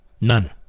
None